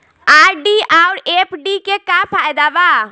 RD आउर FD के का फायदा बा?